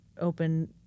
open